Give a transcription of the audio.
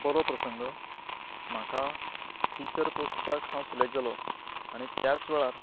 बरो प्रसंग म्हाका टिचर पोस्टाक हांव सिलॅक्ट जालो आनी त्याच वेळार